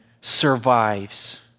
survives